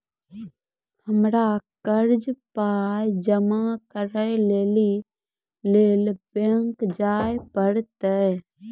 हमरा कर्जक पाय जमा करै लेली लेल बैंक जाए परतै?